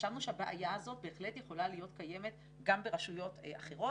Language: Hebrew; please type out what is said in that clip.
חשבנו שהבעיה הזאת בהחלט יכולה להיות קיימת גם ברשויות אחרות